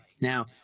Now